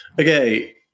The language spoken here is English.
Okay